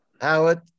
Howard